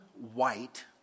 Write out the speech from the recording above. white